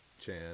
Chan